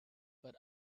but